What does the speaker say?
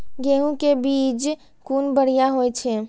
गैहू कै बीज कुन बढ़िया होय छै?